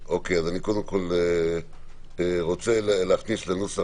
מי בעד אישור התקנות?